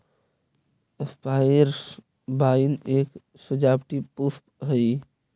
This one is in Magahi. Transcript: साइप्रस वाइन एक सजावटी पुष्प हई